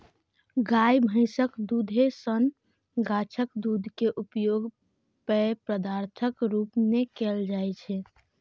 गाय, भैंसक दूधे सन गाछक दूध के उपयोग पेय पदार्थक रूप मे कैल जाइ छै